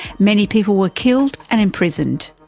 many people were killed and imprisoned.